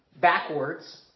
backwards